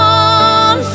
on